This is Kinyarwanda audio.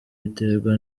biterwa